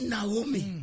Naomi